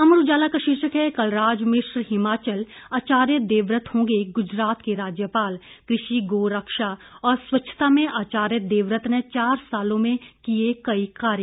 अमर उजाला का शीर्षक है कलराज मिश्र हिमाचल आचार्य देवव्रत होंगे गुजरात के राज्यपाल कृषि गोरक्षा और स्वच्छता में आचार्य देवव्रत ने चार सालों में किये कई कार्य